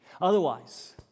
Otherwise